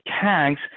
tags